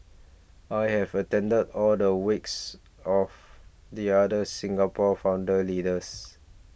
I have attended all the wakes of the other Singapore founder leaders